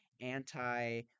anti